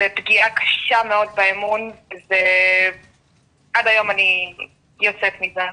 זה פגיעה קשה מאוד באמון ועד היום אני יוצאת לא יוצאת מזה,